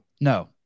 No